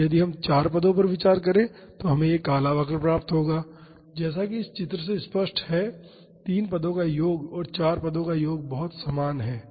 और यदि हम चार पदों पर विचार करें तो हमें यह काला वक्र प्राप्त होगा जैसा कि इस चित्र से स्पष्ट है कि तीन पदों का योग और चार पदों का योग बहुत समान है